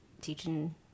teaching